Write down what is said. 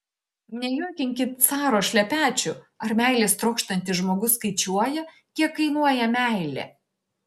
nejuokinkit caro šlepečių ar meilės trokštantis žmogus skaičiuoja kiek kainuoja meilė